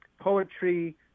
poetry